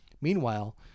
Meanwhile